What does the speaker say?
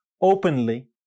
openly